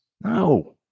No